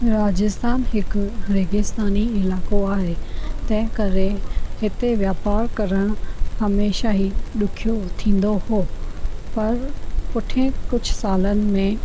राजस्थान हिकु रेगिस्तानी इलाइक़ो आहे तंहिं करे हिते वापारु करणु हमेशा ई ॾुखियो थींदो हुओ पर पुठे कुझु सालनि में